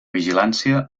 vigilància